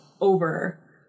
over